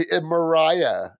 Mariah